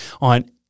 on